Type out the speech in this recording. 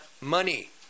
money